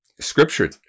scripture